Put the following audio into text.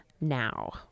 now